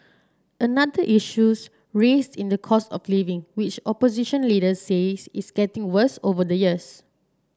another issues raised in the cost of living which opposition leaders says is getting worse over the years